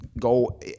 go